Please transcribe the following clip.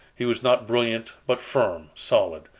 he was not brilliant, but firm, solid,